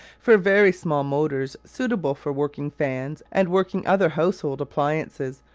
for very small motors suitable for working fans and working other household appliances,